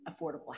affordable